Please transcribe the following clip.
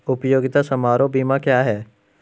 उपयोगिता समारोह बीमा क्या है?